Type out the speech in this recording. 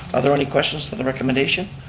are there any questions for the recommendation?